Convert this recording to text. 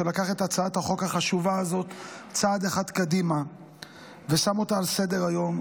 שלקח את הצעת החוק החשובה הזאת צעד אחד קדימה ושם אותה על סדר-היום.